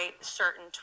certain